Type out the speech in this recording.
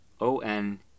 O-N